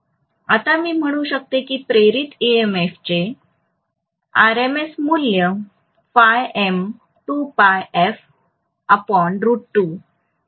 आता मी म्हणू शकतो की प्रेरित ईएमएफचे आरएमएस मूल्य च्या समान असेल